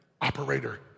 operator